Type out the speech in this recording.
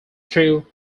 through